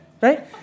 right